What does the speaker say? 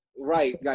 Right